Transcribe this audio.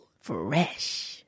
Fresh